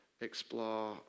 explore